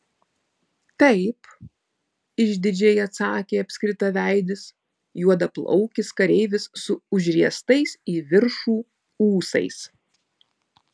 taip išdidžiai atsakė apskritaveidis juodaplaukis kareivis su užriestais į viršų ūsais